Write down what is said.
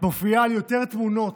את מופיעה על יותר תמונות